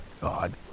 God